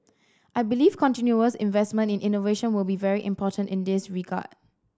I believe continuous investment in innovation will be very important in this regard